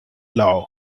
lau